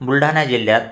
बुलढाना जिल्यात